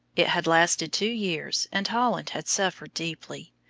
it had lasted two years, and holland had suffered deeply,